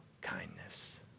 kindness